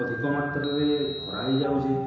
ଅଧିକ ମାତ୍ରାରେ ଖରା ହେଇଯାଉଛେ